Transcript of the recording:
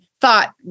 thought